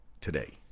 today